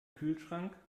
kühlschrank